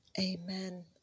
Amen